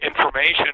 information